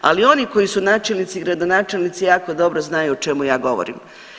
Ali oni koji su načelnici, gradonačelnici jako dobro znaju o čemu ja govorim.